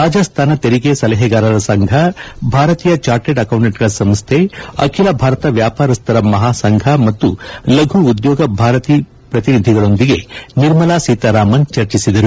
ರಾಜಸ್ನಾನ ತೆರಿಗೆ ಸಲಹೆಗಾರರ ಸಂಘ ಭಾರತೀಯ ಚಾರ್ಟೆಡ್ ಅಕೌಂಟೆಂಟ್ಗಳ ಸಂಸ್ಥೆ ಅಖಿಲ ಭಾರತ ವ್ಯಾಪಾರಸ್ಥರ ಮಹಾಸಂಘ ಮತ್ತು ಲಘು ಉದ್ಯೋಗ ಭಾರತಿ ಪ್ರತಿನಿಧಿಗಳೊಂದಿಗೆ ನಿರ್ಮಲಾ ಸೀತಾರಾಮನ್ ಚರ್ಚಿಸಿದರು